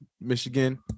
Michigan